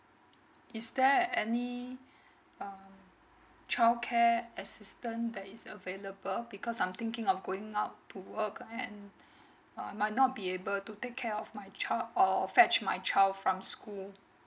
is there any um childcare assistant that is available because I'm thinking of going out to work and um might not be able to take care of my child or fetch my child from school